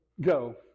go